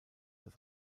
das